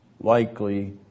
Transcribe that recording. likely